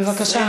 בבקשה.